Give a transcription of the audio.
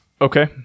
Okay